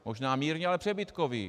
Možná mírně, ale přebytkový.